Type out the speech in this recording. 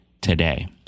today